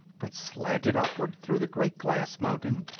but slanted upward through the great glass mountain,